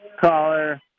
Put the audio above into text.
caller